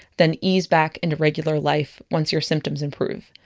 then ease back into regular life once your symptoms improve.